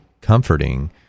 comforting